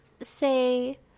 say